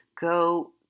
go